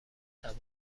توان